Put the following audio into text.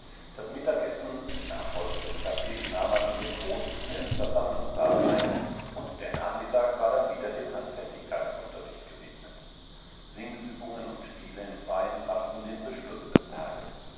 das mittagsessen mit nachfolgendem kaffee nahm man in dem großen hellen versammlungssaal ein und der nachmittag war dann wieder dem handfertigkeitsunterricht gewidmet singübungen und spiele im freien machten den beschluß des tages